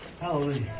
Hallelujah